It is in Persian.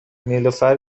نیلوفر